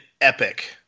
epic